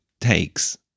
takes